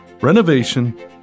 renovation